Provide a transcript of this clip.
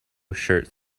shirt